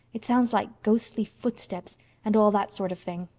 it sounds like ghostly footsteps and all that sort of thing.